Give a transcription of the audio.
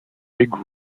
big